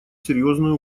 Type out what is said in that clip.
серьезную